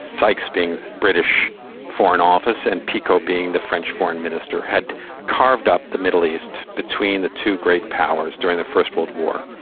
sykes being british foreign office, and picot being the french foreign minister, had carved up the middle east between the two great powers during the first world war.